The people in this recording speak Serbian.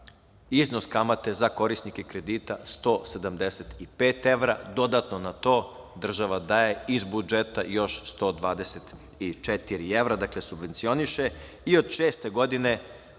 iznos kamate za korisnike kredita 175 evra, dodatno na to država daje iz budžeta još 124 evra, dakle, subvencioniše. I od šeste godine